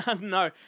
No